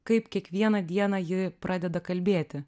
kaip kiekvieną dieną ji pradeda kalbėti